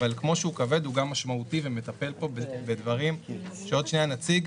אבל כמו שהוא כבד הוא גם משמעותי ומטפל פה בדברים שעוד שנייה נציג.